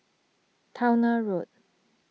Towner Road